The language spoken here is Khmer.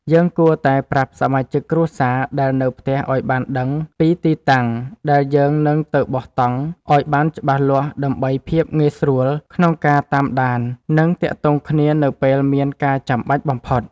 យើងគួរតែប្រាប់សមាជិកគ្រួសារដែលនៅផ្ទះឱ្យបានដឹងពីទីតាំងដែលយើងនឹងទៅបោះតង់ឱ្យបានច្បាស់លាស់ដើម្បីភាពងាយស្រួលក្នុងការតាមដាន និង ទាក់ទងគ្នានៅពេលមានការចាំបាច់បំផុត។